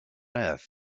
earth